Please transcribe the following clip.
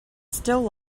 still